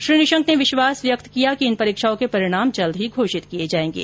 श्री निशंक ने विश्वास व्यक्त किया कि इन परीक्षाओं के परिणाम जल्द ही घोषित किये जायेंगे